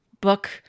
book